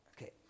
Okay